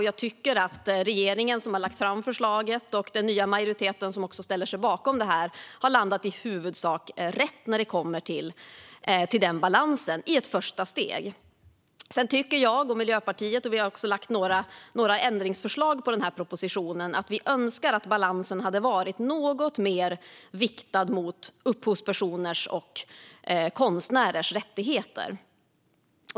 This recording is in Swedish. Jag tycker att regeringen som har lagt fram förslaget och den nya majoriteten som också ställt sig bakom det i huvudsak har landat rätt när det kommer till den balansen, i ett första steg. Sedan önskar jag och Miljöpartiet - vi har också lagt fram några ändringsförslag på propositionen - att balansen hade varit något mer viktad mot upphovspersoners och konstnärers rättigheter.